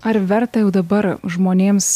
ar verta jau dabar žmonėms